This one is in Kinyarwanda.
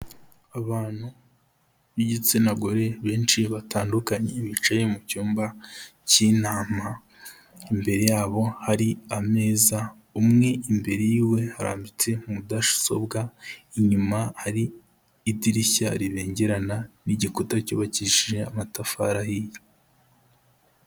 Abantu b'igitsina gore benshi batandukanye bicaye mu cyumba cy'intama, imbere yabo hari ameza, umwe imbere y'iwe harambitse mudasobwa, inyuma hari idirishya ribengerana n'igikuta cyubakishije amatafari ahiye.